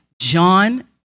John